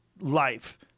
life